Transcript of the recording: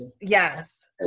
yes